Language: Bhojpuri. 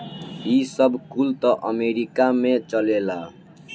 ई सब कुल त अमेरीका में चलेला